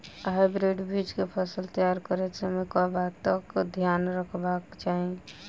Hybrid बीज केँ फसल तैयार करैत समय कऽ बातक ध्यान रखबाक चाहि?